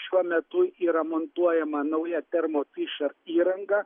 šiuo metu yra montuojama nauja termofisher įranga